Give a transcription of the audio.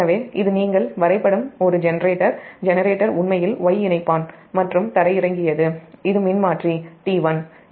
எனவே இது உங்கள் ஜெனரேட்டர் வரைபடம் ஒரு ஜெனரேட்டர் உண்மையில் Y இணைப்பான் க்ரவுன்ட் செய்யப்பட்டது